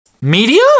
Media